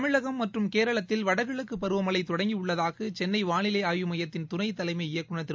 தமிழகம் மற்றும் கேரளத்தில் வடகிழக்குப் பருவமழை தொடங்கியுள்ளதாக சென்னை வானிலை ஆய்வுமையத்தின் துணை தலைமை இயக்குநர் திரு